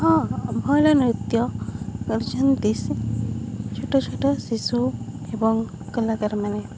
ହଁ ଆମର ନୃତ୍ୟ ଛୋଟ ଛୋଟ ଶିଶୁ ଏବଂ କଳାକାରମାନେ